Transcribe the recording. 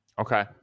okay